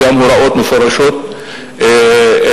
גם הוראות מפורשות לרופאים,